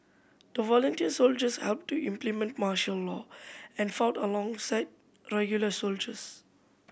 the volunteer soldiers helped to implement martial law and fought alongside regular soldiers